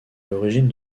l’origine